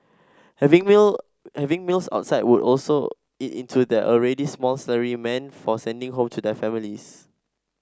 having meal having meals outside would also eat into their already small salary meant for sending home to their families